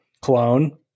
clone